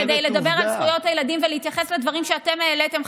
אני כאן כדי לדבר על זכויות הילדים ולהתייחס לדברים שאתם העליתם,